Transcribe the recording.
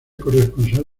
corresponsal